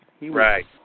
Right